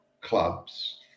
clubs